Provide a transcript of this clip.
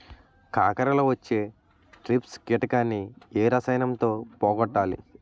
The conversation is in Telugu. కాకరలో వచ్చే ట్రిప్స్ కిటకని ఏ రసాయనంతో పోగొట్టాలి?